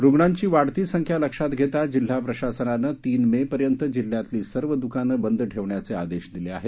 रुग्णांची वाढती संख्या लक्षात घेता जिल्हा प्रशासनानं तीन मे पर्यंत जिल्हातली सर्व दुकानं बंद ठेवण्याचे आदेश दिले आहेत